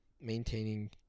Maintaining